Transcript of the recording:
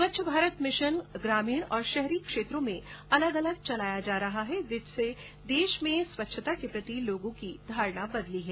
स्वच्छ भारत मिशन ग्रामीण और शहरी क्षेत्रों में अलग अलग चलाया जा रहा है जिससे देश में स्वच्छता के प्रति लोगों की धारणा बदली है